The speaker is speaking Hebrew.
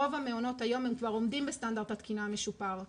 רובם היום כבר עומדים בסטנדרט התקינה המשופר,